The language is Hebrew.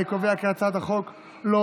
אני קובע כי הצעת החוק לא